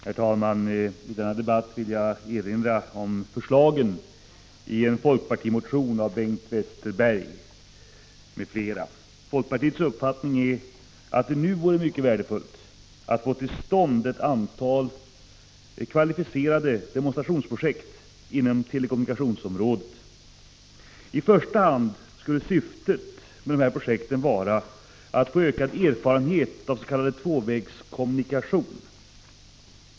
Herr talman! I denna debatt vill jag erinra om förslagen i en folkpartimotion av Bengt Westerberg m.fl. Folkpartiets uppfattning är att det vore mycket värdefullt att få till stånd ett antal kvalificerade demonstrationsprojekt inom telekommunikationsområdet. I första hand skulle syftet med dessa projekt vara att få ökad erfarenhet av s.k. tvåvägskommunikation.